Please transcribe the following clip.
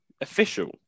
official